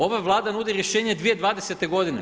Ova Vlada nudi rješenje 2020. godine.